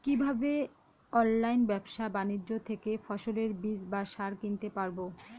কীভাবে অনলাইন ব্যাবসা বাণিজ্য থেকে ফসলের বীজ বা সার কিনতে পারবো?